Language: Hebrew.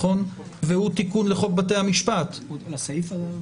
והוא תיקון לחוק בתי המשפט --- לסעיף הזה.